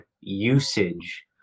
usage